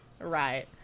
Right